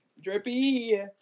Drippy